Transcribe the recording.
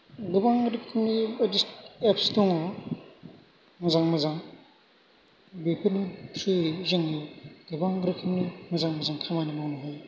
गोबां रोखोमनि बायदिसिना एप्स दङ मोजां मोजां बेफोरनि थ्रुयै जों गोबां रोखोमनि मोजां मोजां खामानि मावनो हायो